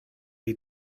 you